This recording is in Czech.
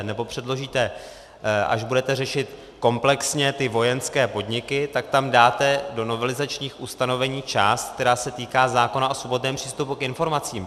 Nebo předložíte, až budete řešit komplexně ty vojenské podniky, tak tam dáte do novelizačních ustanovení část, která se týká zákona o svobodném přístupu k informacím.